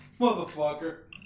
Motherfucker